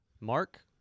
mark